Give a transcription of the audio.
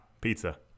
pizza